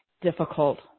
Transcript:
difficult